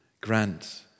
Grant